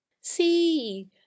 see